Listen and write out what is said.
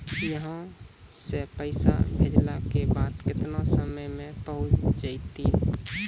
यहां सा पैसा भेजलो के बाद केतना समय मे पहुंच जैतीन?